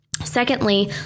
Secondly